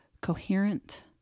coherent